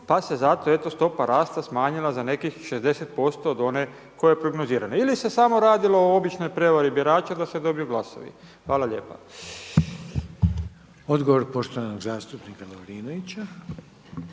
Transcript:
pa se zato eto stopa rasta smanjila za nekih 60% od one koja je prognozirana, ili se samo radilo o običnoj prevari birača da se dobiju glasovi. Hvala lijepa. **Reiner, Željko (HDZ)** Odgovor poštovanog zastupnika Lovrinovića.